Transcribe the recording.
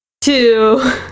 two